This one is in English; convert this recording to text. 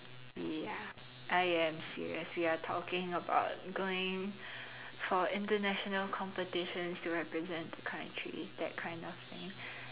ya I am serious we are talking about going for international competitions to represent the country that kind of thing